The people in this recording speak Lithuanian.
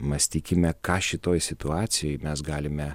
mąstykime ką šitoj situacijoj mes galime